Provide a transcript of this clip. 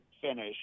finish